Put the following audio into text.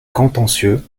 contentieux